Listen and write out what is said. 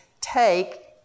Take